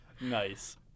Nice